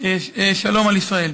שלום על ישראל.